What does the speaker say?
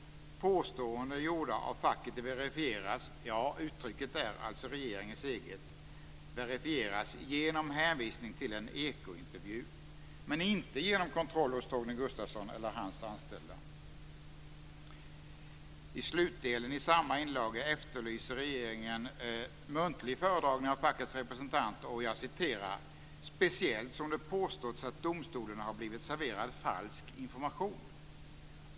Påståenden gjorda av facket verifieras - uttrycket är regeringens eget - genom hänvisning till en Ekointervju men inte genom kontroll hos Torgny Gustafsson eller hans anställda. I slutdelen i samma inlaga efterlyser regeringen muntlig föredragning av fackets representanter "speciellt som det påståtts att Domstolen blivit serverad falsk information".